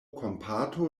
kompato